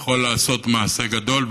יכול לעשות מעשה גדול?